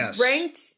ranked—